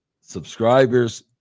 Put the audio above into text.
subscribers